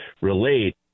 relate